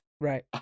Right